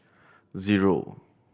zero